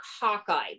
Hawkeye